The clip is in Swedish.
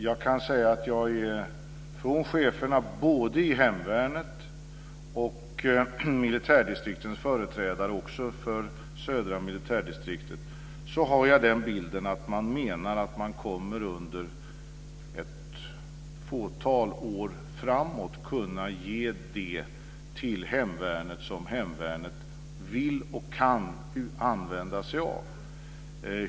Jag kan säga att jag från cheferna i hemvärnet och militärdistriktens företrädare också för södra militärdistriktet har den bilden att man menar att man under ett fåtal år framåt kommer att kunna ge det till hemvärnet som hemvärnet vill och kan använda sig av.